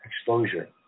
exposure